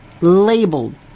labeled